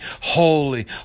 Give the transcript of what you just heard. Holy